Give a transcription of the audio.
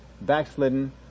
backslidden